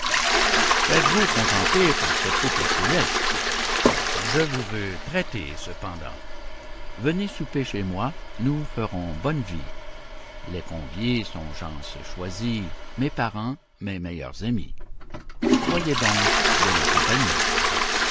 faites-vous contenter par ce couple céleste je vous veux traiter cependant venez souper chez moi nous ferons bonne vie les conviés sont gens choisis mes parents mes meilleurs amis soyez donc de la compagnie